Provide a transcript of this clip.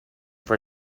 for